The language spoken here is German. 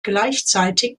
gleichzeitig